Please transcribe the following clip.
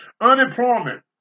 Unemployment